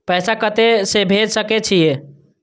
पैसा कते से भेज सके छिए?